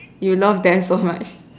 you love them so much